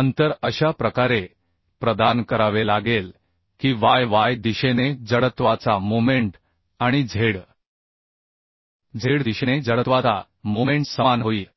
अंतर अशा प्रकारे प्रदान करावे लागेल की y y दिशेने जडत्वाचा मोमेंट आणि z z दिशेने जडत्वाचा मोमेंट समान होईल